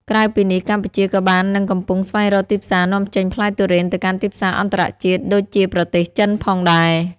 ក្រៅពីនេះ កម្ពុជាក៏បាននឹងកំពុងស្វែងរកទីផ្សារនាំចេញផ្លែទុរេនទៅកាន់ទីផ្សារអន្តរជាតិដូចជាប្រទេសចិនផងដែរ។